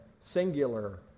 singular